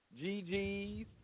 GG's